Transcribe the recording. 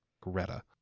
Greta